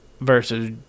versus